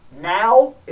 Now